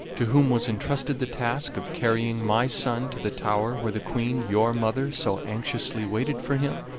to whom was entrusted the task of carrying my son to the tower where the queen, your mother, so anxiously waited for him,